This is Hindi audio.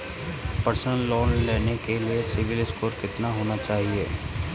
पर्सनल लोंन लेने के लिए सिबिल स्कोर कितना होना चाहिए?